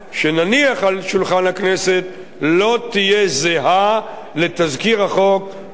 הכנסת לא תהיה זהה לתזכיר החוק כפי שפורסם ברבים.